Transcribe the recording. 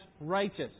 righteous